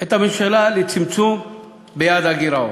את הממשלה לצמצם את יעד הגירעון,